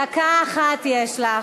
דקה אחת יש לך,